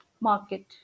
market